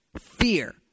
Fear